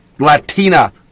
Latina